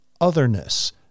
otherness